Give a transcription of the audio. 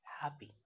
happy